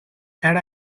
had